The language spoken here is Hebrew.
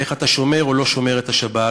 ואיך אתה שומר או לא שומר את השבת.